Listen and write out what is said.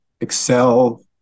excel